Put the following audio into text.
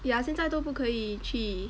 yeah 现在都不可以去